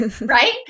Right